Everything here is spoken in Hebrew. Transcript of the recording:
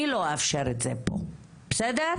אני לא אאפשר את זה פה, בסדר?